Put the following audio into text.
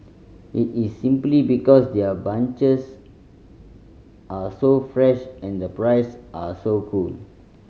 it is simply because their bunches are so fresh and the price are so cool